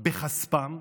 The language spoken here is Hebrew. בכספם,